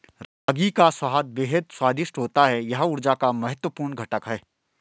रागी का स्वाद बेहद स्वादिष्ट होता है यह ऊर्जा का महत्वपूर्ण घटक है